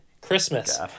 Christmas